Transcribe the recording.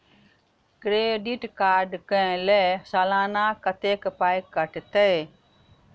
Credit card कऽ लेल सलाना कत्तेक पाई कटतै?